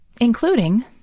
Including